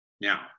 now